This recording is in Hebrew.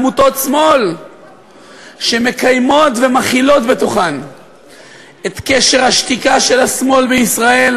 עמותות שמאל שמקיימות ומכילות בתוכן את קשר השתיקה של השמאל בישראל,